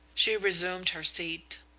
she resumed her seat.